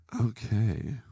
Okay